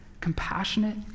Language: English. compassionate